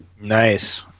Nice